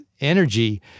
energy